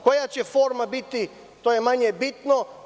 Koja će forma biti, to je manje bitno.